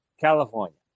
California